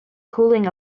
cooling